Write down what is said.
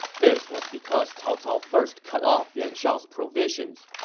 this was because cao cao first cut off yuan shao's provisions.